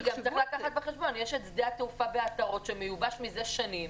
צריך לקחת בחשבון שיש את שדה התעופה בעטרות שמיובש מזה שנים.